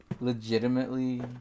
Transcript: legitimately